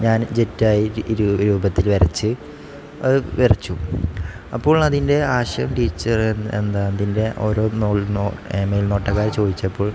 ഞാൻ ജെറ്റായി ഇരു രൂപത്തിൽ വരച്ചു അത് വരച്ചു അപ്പോൾ അതിൻ്റെ ആശയം ടീച്ചർ എന്താ അതിൻ്റെ ഓരോ ചോദിച്ചപ്പോൾ